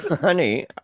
Honey